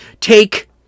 take